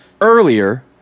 Earlier